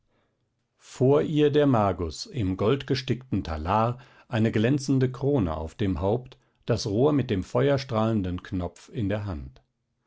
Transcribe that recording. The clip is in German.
vor ihr der magus im goldgestickten talar eine glänzende krone auf dem haupt das rohr mit dem feuerstrahlenden knopf in der hand